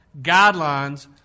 Guidelines